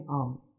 arms